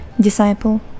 Disciple